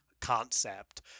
concept